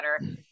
better